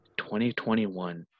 2021